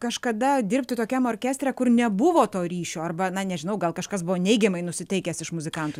kažkada dirbti tokiam orkestre kur nebuvo to ryšio arba na nežinau gal kažkas buvo neigiamai nusiteikęs iš muzikantų